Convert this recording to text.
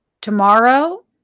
tomorrow